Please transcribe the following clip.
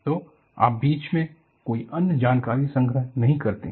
तो आप बीच में कोई अन्य जानकारी संग्रह नहीं करते हैं